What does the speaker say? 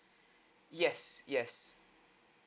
yes yes